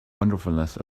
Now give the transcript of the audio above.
wonderfulness